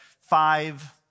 five